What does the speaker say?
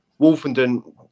Wolfenden